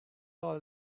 all